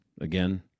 Again